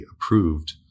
approved